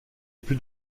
plus